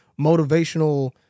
motivational